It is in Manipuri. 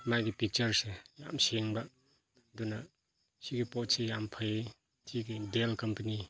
ꯃꯥꯒꯤ ꯐꯤꯆꯔꯁꯦ ꯌꯥꯝ ꯁꯦꯡꯕ ꯑꯗꯨꯅ ꯁꯤꯒꯤ ꯄꯣꯠꯁꯤ ꯌꯥꯝ ꯐꯩ ꯁꯤꯒꯤ ꯗꯦꯜ ꯀꯝꯄꯅꯤ